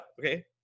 Okay